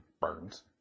Burns